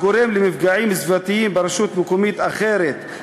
הגורם למפגעים סביבתיים ברשות מקומית אחרת,